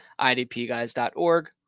idpguys.org